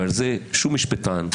אני אומרת לכם,